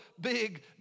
big